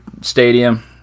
stadium